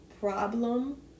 problem